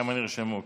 כמה נרשמו.